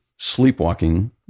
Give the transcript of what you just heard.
sleepwalking